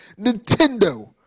Nintendo